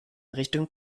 richtung